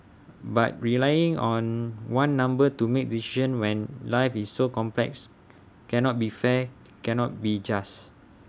but relying on one number to make decisions when life is so complex cannot be fair cannot be just